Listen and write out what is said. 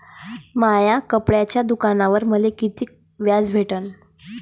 माया कपड्याच्या दुकानावर मले कितीक व्याज भेटन?